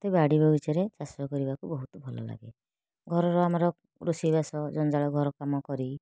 ମୋତେ ବାଡ଼ିବଗିଚାରେ ଚାଷ କରିବାକୁ ବହୁତ ଭଲ ଲାଗେ ଘରର ଆମର ରୋଷେଇବାସ ଜଞ୍ଜାଳ ଘର କାମ କରି